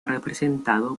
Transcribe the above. representado